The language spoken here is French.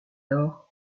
lors